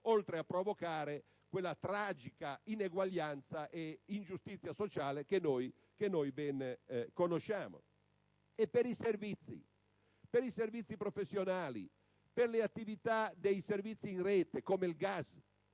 oltre a provocare quella tragica ineguaglianza e ingiustizia sociale che ben conosciamo. Per i servizi, per i servizi professionali, per le attività dei servizi in rete come il gas,